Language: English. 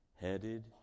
Headed